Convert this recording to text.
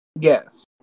yes